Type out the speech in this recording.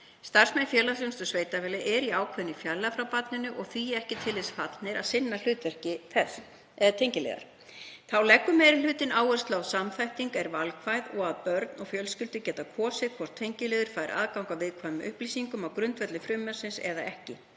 Starfsmenn félagsþjónustu sveitarfélaga eru í ákveðinni fjarlægð frá barninu og því ekki til þess fallnir að sinna hlutverki tengiliða. Þá leggur meiri hlutinn áherslu á að samþætting er valkvæð og að börn og fjölskyldur geta kosið hvort tengiliður fær aðgang að viðkvæmum upplýsingum á grundvelli frumvarpsins eða ekki.